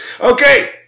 Okay